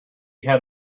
had